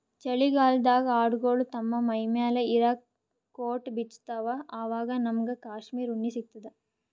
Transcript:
ಚಳಿಗಾಲ್ಡಾಗ್ ಆಡ್ಗೊಳು ತಮ್ಮ್ ಮೈಮ್ಯಾಲ್ ಇರಾ ಕೋಟ್ ಬಿಚ್ಚತ್ತ್ವಆವಾಗ್ ನಮ್ಮಗ್ ಕಾಶ್ಮೀರ್ ಉಣ್ಣಿ ಸಿಗ್ತದ